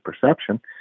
perception